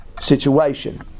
situation